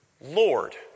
Lord